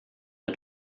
der